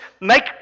make